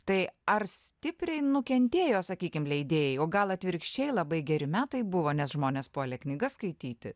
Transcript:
tai ar stipriai nukentėjo sakykim leidėjai o gal atvirkščiai labai geri metai buvo nes žmonės puolė knygas skaityti